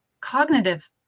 cognitive